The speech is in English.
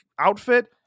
outfit